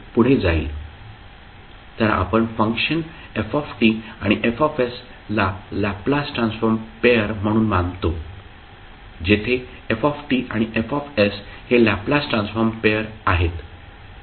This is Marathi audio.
तर आपण फंक्शन f आणि F ला लॅपलास ट्रान्सफॉर्म पेअर म्हणून मानतो जेथे f आणि F हे लॅपलास ट्रान्सफॉर्म पेअर आहेत